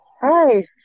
Hi